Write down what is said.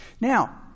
Now